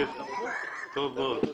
טוב מאוד.